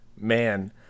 Man